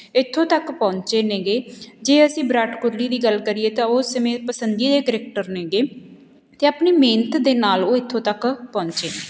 ਇੱਥੋਂ ਤੱਕ ਪਹੁੰਚੇ ਨੇਗੇ ਜੇ ਅਸੀਂ ਵਿਰਾਟ ਕੋਹਲੀ ਦੀ ਗੱਲ ਕਰੀਏ ਤਾਂ ਉਸ ਸਮੇਂ ਪਸੰਦੀਦੇ ਕ੍ਰਿਕਟਰ ਨੇਗੇ ਅਤੇ ਆਪਣੀ ਮਿਹਨਤ ਦੇ ਨਾਲ ਉਹ ਇੱਥੋਂ ਤੱਕ ਪਹੁੰਚੇ